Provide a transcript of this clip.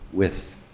with